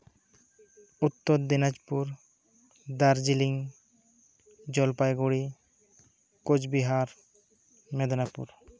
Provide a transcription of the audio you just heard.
Uttar Dinajpur Darjeeling Jalpaiguri Cooch Behar Medinipur